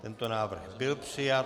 Tento návrh byl přijat.